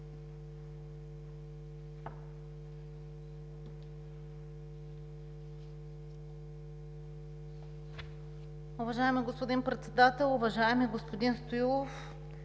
Уважаеми господин Председател! Уважаеми господин Стоилов,